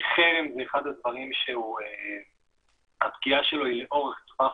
חרם זה אחד הדברים שהפגיעה שלו היא לאורך טווח